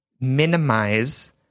minimize